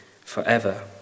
forever